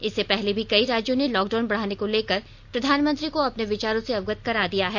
इससे पहले भी कई राज्यों ने लॉकडाउन बढ़ाने को लेकर प्रधानमंत्री को अपने विचारों से अवगत करा दिया है